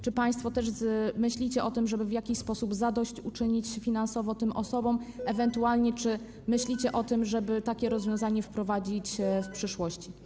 Czy państwo też myślicie o tym, żeby w jakiś sposób zadośćuczynić finansowo tym osobom, ewentualnie czy myślicie o tym, żeby takie rozwiązanie wprowadzić w przyszłości?